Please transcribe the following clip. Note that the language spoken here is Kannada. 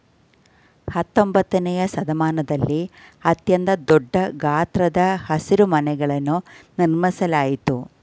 ಹತ್ತೊಂಬತ್ತನೆಯ ಶತಮಾನದಲ್ಲಿ ಅತ್ಯಂತ ದೊಡ್ಡ ಗಾತ್ರದ ಹಸಿರುಮನೆಗಳನ್ನು ನಿರ್ಮಿಸಲಾಯ್ತು